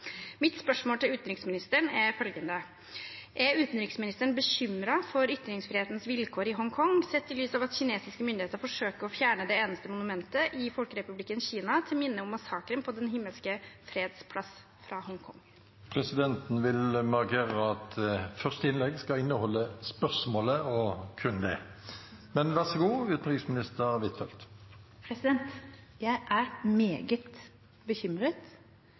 Mitt spørsmål til utenriksministeren er følgende: «Er utenriksministeren bekymret for ytringsfrihetens vilkår i Hongkong, sett i lys av at kinesiske myndigheter forsøker å fjerne det eneste monumentet i Folkerepublikken Kina til minne om massakren på Den himmelske freds plass fra Hongkong?» Presidenten vil markere at første innlegg skal inneholde spørsmålet og kun det.